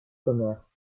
commerces